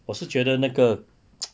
我是觉得那个